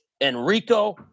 Enrico